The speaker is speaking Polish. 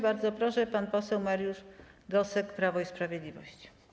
Bardzo proszę, pan poseł Mariusz Gosek, Prawo i Sprawiedliwość.